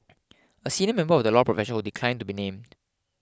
a senior member of the law profession who declined to be named